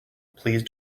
please